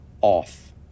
off